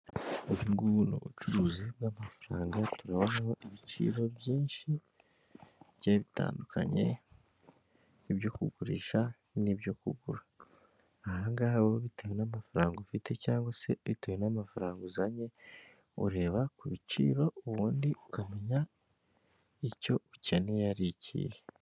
Ubungubu ni ubucuruzi bw'amafaranga, turabonaho ibiciro byinshi bigiye bitandukanye, ibyo kugurisha n'ibyo kugura. Ahangaha ho bitewe n'amafaranga ufite cyangwase bitewe n'amafaranga uzanye, ureba ku ibiciro ubundi ukamenya icyo ukeneye ari ikihe.